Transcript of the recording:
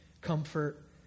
comfort